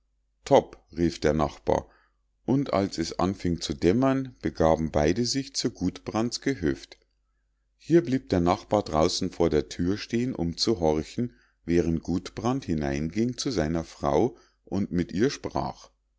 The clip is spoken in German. topp rief der nachbar und als es anfing zu dämmern begaben beide sich zu gudbrand's gehöft hier blieb der nachbar draußen vor der thür stehen um zu horchen während gudbrand hineinging zu seiner frau und mit ihr sprach